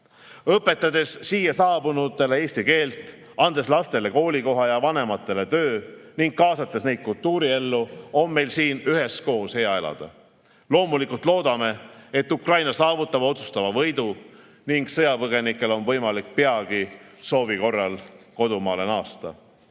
Õpetades siia saabunutele eesti keelt, andes lastele koolikoha ja vanematele töö ning kaasates neid kultuuriellu, on meil siin üheskoos hea elada. Loomulikult loodame, et Ukraina saavutab otsustava võidu ning sõjapõgenikel on võimalik peagi soovi korral kodumaale naasta.